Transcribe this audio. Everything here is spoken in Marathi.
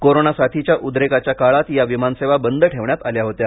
कोरोना साथीच्या उद्रेकाच्या काळात या विमानसेवा बंद ठेवण्यात आल्या होत्या